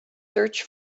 search